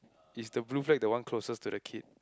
is the blue flag the one closest to the kid